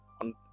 on